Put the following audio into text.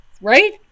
Right